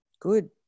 Good